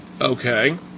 okay